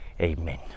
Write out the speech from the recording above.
Amen